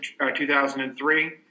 2003